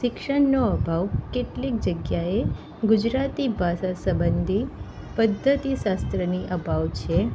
શિક્ષણનો અભાવ કેટલીક જગ્યાએ ગુજરાતી ભાષા સબંધી પદ્ધતિ શાસ્ત્રની અભાવ છે